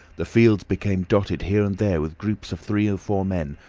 the fields became dotted here and there with groups of three or four men,